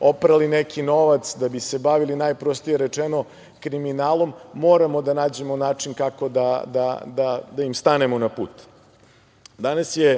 oprali neki novac, da bi se bavili najprostije rečeno kriminalom, moramo da nađemo način kako da im stanemo na put. Danas je